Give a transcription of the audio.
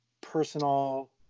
personal